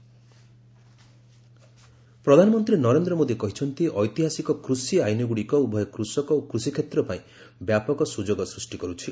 PM farm laws ପ୍ରଧାନମନ୍ତ୍ରୀ ନରେନ୍ଦ୍ର ମୋଦି କହିଛନ୍ତି ଐତିହାସିକ କୃଷି ଆଇନ୍ଗୁଡ଼ିକ ଉଭୟ କୂଷକ ଓ କୂଷି କ୍ଷେତ୍ର ପାଇଁ ବ୍ୟାପକ ସୁଯୋଗ ସୃଷ୍ଟି କରୁଛି